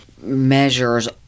measures